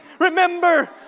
remember